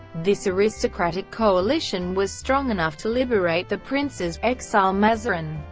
this aristocratic coalition was strong enough to liberate the princes, exile mazarin,